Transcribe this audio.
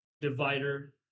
divider